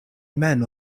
men